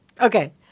Okay